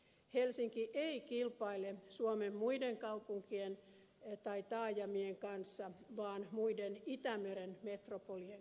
helsinki ei kilpaile suomen muiden kaupunkien tai taajamien kanssa vaan muiden itämeren metropolien kanssa